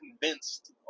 convinced